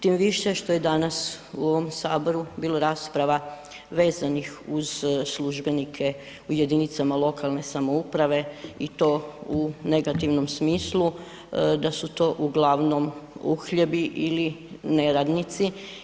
Tim više što je danas u ovom Saboru bilo rasprava vezanih uz službenike u jedinicama lokalne samouprave i to u negativnom smislu, da su to uglavnom uhljebi ili neradnici.